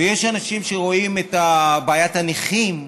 ויש אנשים שרואים את בעיית הנכים,